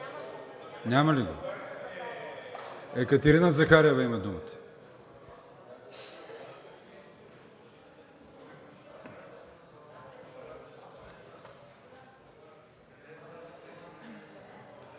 Няма ли го? Екатерина Захариева има думата.